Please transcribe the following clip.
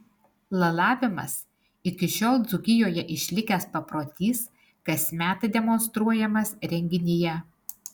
lalavimas iki šiol dzūkijoje išlikęs paprotys kasmet demonstruojamas renginyje